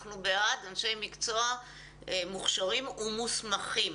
אנחנו בעד אנשי מקצוע מוכשרים ומוסמכים.